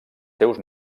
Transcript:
seus